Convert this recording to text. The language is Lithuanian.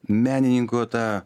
menininko tą